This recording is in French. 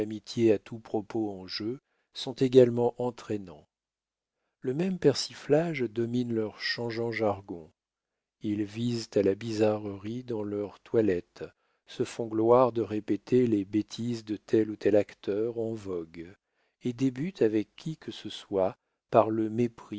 à tout propos en jeu sont également entraînants le même persiflage domine leurs changeants jargons ils visent à la bizarrerie dans leurs toilettes se font gloire de répéter les bêtises de tel ou tel acteur en vogue et débutent avec qui que ce soit par le mépris